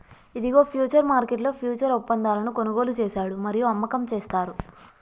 ఇదిగో ఫ్యూచర్స్ మార్కెట్లో ఫ్యూచర్స్ ఒప్పందాలను కొనుగోలు చేశాడు మరియు అమ్మకం చేస్తారు